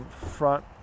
front